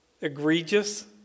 egregious